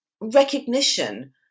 recognition